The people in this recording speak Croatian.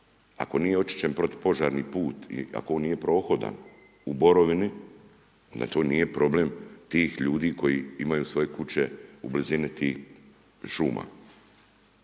Ako nije očišćen protupožarni put ili ako on nije prohodan u borovini to nije problem tih ljudi koji imaju svoje kuće u blizini tih šuma.